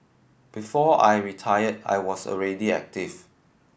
before I retired I was already active